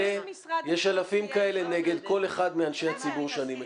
יש אלפים כאלה נגד כל אחד מאנשי הציבור שאני מכיר.